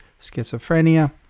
schizophrenia